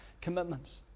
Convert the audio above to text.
commitments